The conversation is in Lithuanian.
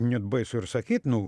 net baisu ir sakyti nu